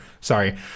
sorry